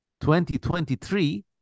2023